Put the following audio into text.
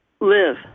live